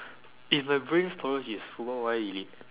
if my brain storage is full what will I delete